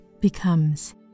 becomes